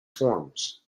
forms